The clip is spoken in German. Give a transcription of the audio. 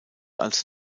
als